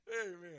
Amen